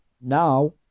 now